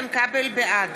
בעד